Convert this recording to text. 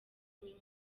impunzi